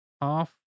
half